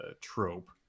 trope